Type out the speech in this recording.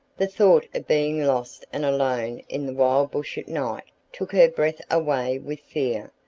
the thought of being lost and alone in the wild bush at night, took her breath away with fear,